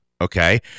Okay